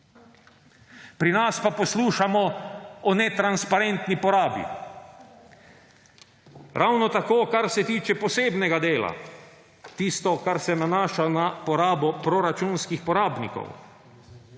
Pri nas poslušamo o netransparentni porabi. Ravno tako, kar se tiče Posebnega dela; tisto, kar se nanaša na porabo proračunskih porabnikov.